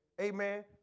Amen